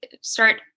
start